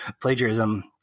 plagiarism –